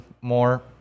more